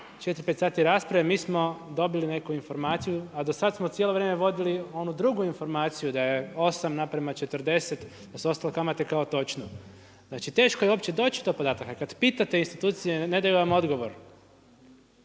4, 5 sati rasprave, mi smo dobili neku informaciju, a do sad smo cijelo vrijeme vodili onu drugu informaciju da je 8 naprama 40, da su ostale kamate kao točne. Znači teško je uopće doći do podataka. Kada pitate institucije, ne daju vam odgovor.